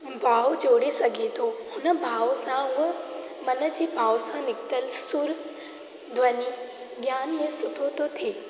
भाव जोड़े सघे थो उन भाव सां उहो मन जी भाव सां निकितलु सुरु ध्वनि ज्ञानु सुठो थो थिए